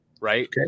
Right